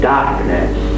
Darkness